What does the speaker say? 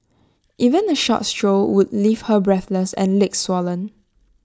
even A short stroll would leave her breathless and legs swollen